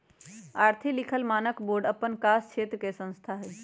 आर्थिक लिखल मानक बोर्ड अप्पन कास क्षेत्र के संस्था हइ